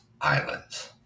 islands